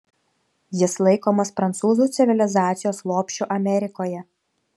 jis laikomas prancūzų civilizacijos lopšiu amerikoje